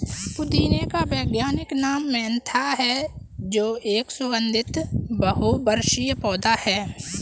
पुदीने का वैज्ञानिक नाम मेंथा है जो एक सुगन्धित बहुवर्षीय पौधा है